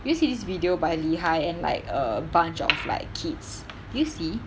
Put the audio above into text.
did you see this video by lee hi and like a bunch of like kids did you see